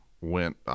went